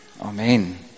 Amen